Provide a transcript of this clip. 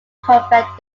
covent